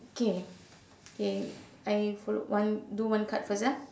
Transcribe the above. okay okay I follow one do one card first ah